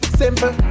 simple